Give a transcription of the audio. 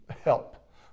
help